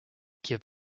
give